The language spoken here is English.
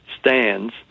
stands